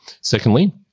Secondly